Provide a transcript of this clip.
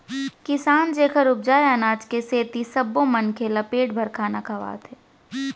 किसान जेखर उपजाए अनाज के सेती सब्बो मनखे ल पेट भर खाना खावत हे